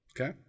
Okay